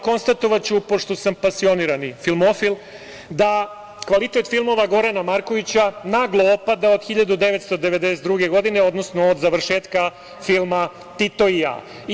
Konstatovaću, pošto sam pasionirani filmofil, da kvalitet filmova Gorana Markovića naglo opada od 1992. godine, odnosno od završetka filma „Tito i ja“